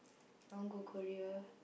I want go Korea